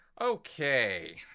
okay